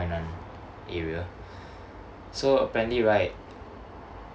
area so apparently right